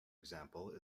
example